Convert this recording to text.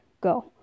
Go